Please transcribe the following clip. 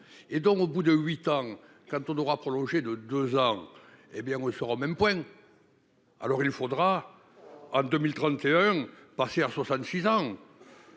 et donc au bout de huit ans, quand on aura prolongé de 2 ans, hé bien on le fera au même point. Alors il faudra, en 2031, passer à 66 ans.